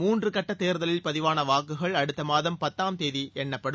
மூன்று கட்டத் தேர்தலில் பதிவான வாக்குகள் அடுத்த மாதம் பத்தாம் தேதி எண்ணப்படும்